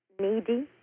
needy